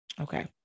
Okay